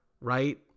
right